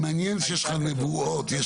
מעניין שיש לך נבואות.